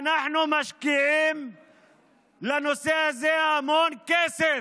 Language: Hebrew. אנחנו משקיעים בנושא הזה המון כסף.